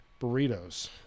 burritos